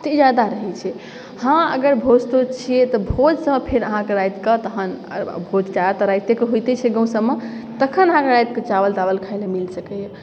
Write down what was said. तऽ ई जादा रहै छै हँ अगर भोज तोज छियै तऽ भोजसँ फेर अहाँके राति कऽ तहन भोज जादातर रातिये कऽ होइते छै गाँव सबमे तखन अहाँके राति कऽ चावल तावल खाय लए मिल सकैए